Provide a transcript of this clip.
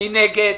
מי נגד?